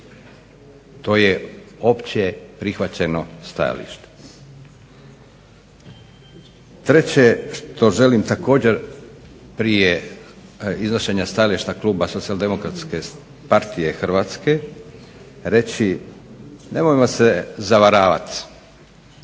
To je općeprihvaćeno stajalište. Treće što želim također prije iznošenja stajališta kluba Socijaldemokratske partije Hrvatske reći nemojmo se zavaravati.